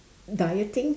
dieting